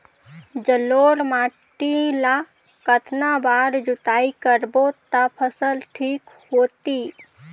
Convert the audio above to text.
जलोढ़ माटी ला कतना बार जुताई करबो ता फसल ठीक होती?